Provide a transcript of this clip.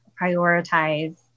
prioritize